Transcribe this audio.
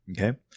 Okay